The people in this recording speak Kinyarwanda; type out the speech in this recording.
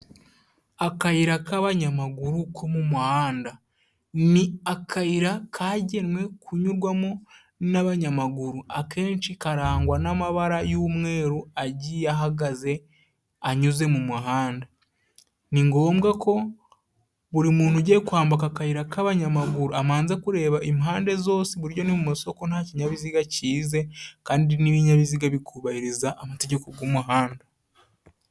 Akayira k'abanyamaguru ko mu muhanda. Ni akayira kagenwe kunyurwamo n'abanyamaguru. Akenshi karangwa n'amabara y'umweru agiye ahagaze, anyuze mu muhanda. Ni ngombwa ko buri muntu ugiye kwambuka akayira k'abanyamaguru, abanza kureba impande zose iburyo n'imosoko nta kinyabiziga kize, kandi n'ibinyabiziga bikubahiriza amategeko y'umuhanda.